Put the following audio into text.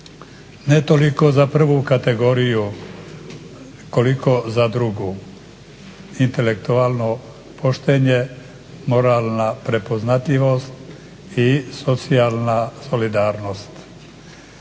ne toliko za prvu kategoriju koliko za drugu, intelektualno poštenje, moralna prepoznatljivost i socijalna solidarnost.